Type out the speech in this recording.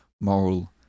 moral